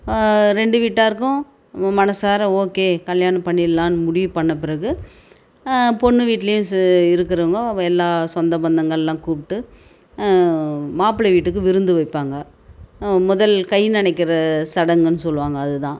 ரெண்டு வீட்டாருக்கும் மனதார ஓகே கல்யாணம் பண்ணிடலான்னு முடிவு பண்ண பிறகு பொண்ணு வீட்டுலையும் இருக்கறவங்கோ எல்லா சொந்த பந்தங்கள்லாம் கூப்பிட்டு மாப்பிளை வீட்டுக்கு விருந்து வைப்பாங்க முதல் கை நனைக்கிற சடங்குன்னு சொல்வாங்க அதுதான்